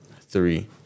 Three